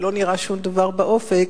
ולא נראה שום דבר באופק,